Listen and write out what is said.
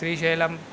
Srisailam